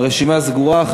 הרשימה סגורה.